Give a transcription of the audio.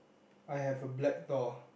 I have a black doll